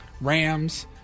Rams